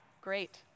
Great